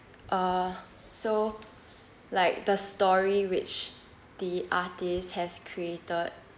uh so like the story which the artist has created